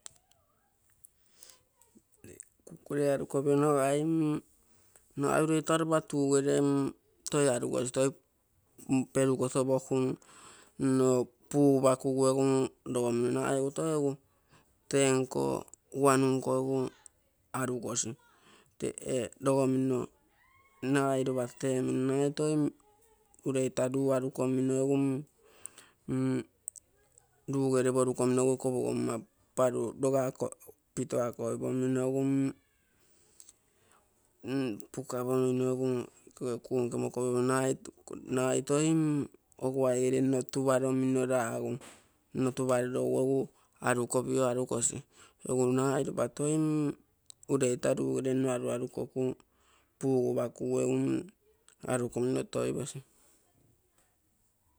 Kukurei arukopio nagai nagai urei taroba tugere toi arukosi toi perugotopoku nno pubakugu egu logomino nagai egi toi egu, tenko wanu nko egu arugosi. Tee logomino, nagai ropa temino toi ureita luu arukomino egu luu gere porukomino egu iko pogomma paaru logako, pitako koipomino puka pomino egu ke kuu nke mokopomino nagai nagai toi oguaigere nno tuparomino ragu, nno tuparorogu nno arukobio arukosi egu nagai ropa toi ureita luu gere nno aruarukoku puguba kugu arukomino toibosi.